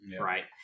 Right